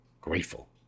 grateful